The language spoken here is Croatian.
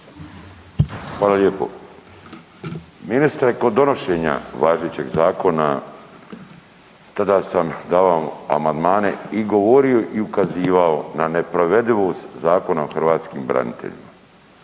Hvala lijepo. Ministre, kod donošenja važećeg zakona, tada sam davao amandmane i govorio i ukazivao na neprovedivost Zakona o hrvatskim braniteljima.